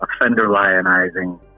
offender-lionizing